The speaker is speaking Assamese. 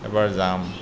এবাৰ যাম